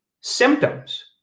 symptoms